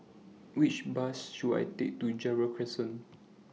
Which Bus should I Take to Gerald Crescent